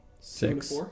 Six